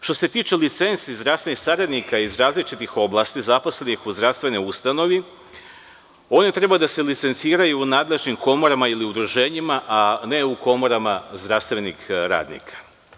Što se tiče licenci zdravstvenih saradnika iz različitih oblasti zaposlenih u zdravstvenoj ustanovi, oni treba da se licenciraju u nadležnim komorama ili udruženjima, a ne u komorama zdravstvenih radnika.